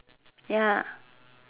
ya